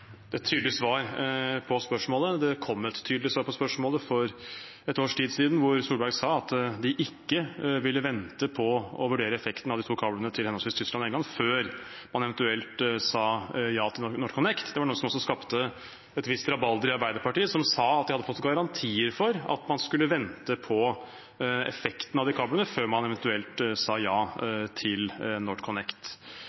et tydelig svar på spørsmålet. Det kom et tydelig svar på spørsmålet for et års tid siden, da Solberg sa at de ikke ville vente på å vurdere effekten av de to kablene til henholdsvis Tyskland og England før man eventuelt sa ja til NorthConnect. Det var noe som også skapte et visst rabalder i Arbeiderpartiet, som sa at de hadde fått garantier for at man skulle vente på effekten av de kablene før man eventuelt sa ja